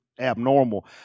abnormal